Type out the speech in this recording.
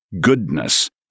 goodness